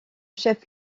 chef